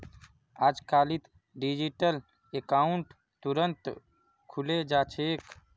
अजकालित digital account तुरंत खुले जा छेक